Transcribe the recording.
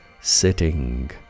sitting